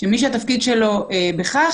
- שמי שהתפקיד לו בכך,